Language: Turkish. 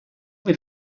bir